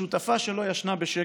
השותפה שלו ישנה בשקט,